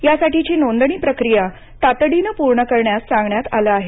यासाठीची नोंदणी प्रक्रिया तातडीनं पूर्ण करण्यास सांगण्यात आलं आहे